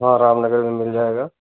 हाँ रामनगर में मिल जाएगा